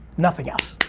nothing else.